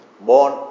born